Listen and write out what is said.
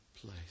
place